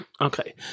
Okay